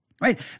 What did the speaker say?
Right